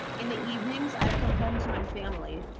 in the evenings, i've come home to my family.